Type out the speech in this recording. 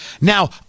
Now